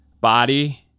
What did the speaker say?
body